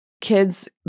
kids